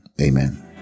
Amen